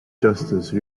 justice